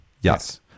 Yes